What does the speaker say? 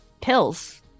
pills